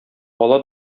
ала